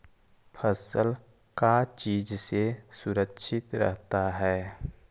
फसल का चीज से सुरक्षित रहता है?